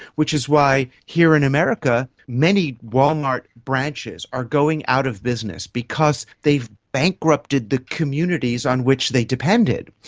which is why here in america many walmart branches are going out of business because they've bankrupted the communities on which they depended.